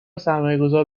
سرمایهگذار